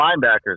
linebackers